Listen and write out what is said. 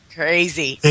crazy